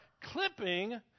clipping